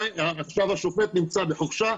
עכשיו השופט נמצא בחופשה.